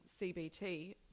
CBT